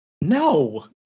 no